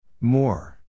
More